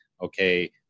okay